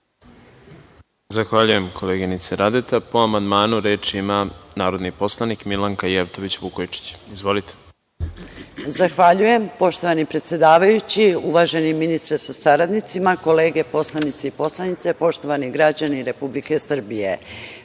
Zahvaljujem, koleginice Radeta. Po amandmanu, reč ima narodni poslanik Milanka Jevtović Vukojičić. Izvolite. **Milanka Jevtović Vukojičić** Zahvaljujem. Uvaženi ministre sa saradnicima, kolege poslanici i poslanice, poštovani građani Republike Srbije,